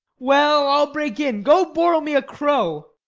well, i'll break in go borrow me a crow.